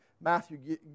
Matthew